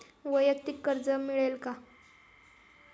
वैयक्तिक कर्ज मिळेल का?